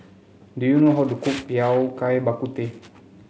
do you know how to cook Yao Cai Bak Kut Teh